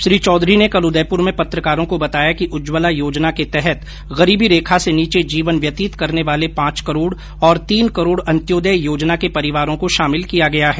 श्री चौधरी ने कल उदयपुर में पत्रकारों को बताया कि उज्जवला योजना के तहत गरीबी रेखा से नीचे जीवन व्यतीत करने वाले पांच करोड और तीन करोड अंत्योदय योजना के परिवारों को शामिल किया गया है